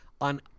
on